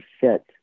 set